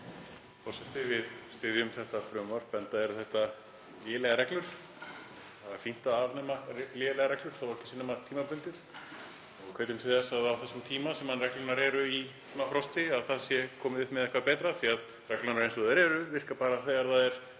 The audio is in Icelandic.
Forseti. Við styðjum þetta frumvarp enda eru þetta lélegar reglur. Það er fínt að afnema lélegar reglur þótt ekki sé nema tímabundið. Við hvetjum til þess að á þeim tíma sem reglurnar eru í frosti sé komið upp með eitthvað betra, því að reglurnar eins og þær eru virka bara þegar það er